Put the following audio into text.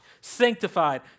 sanctified